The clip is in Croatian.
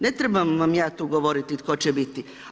Ne trebam vam ja tu govoriti tko će biti.